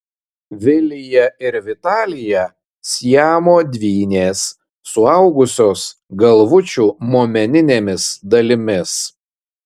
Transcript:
vilija ir vitalija siamo dvynės suaugusios galvučių momeninėmis dalimis